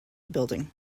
building